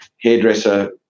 Hairdresser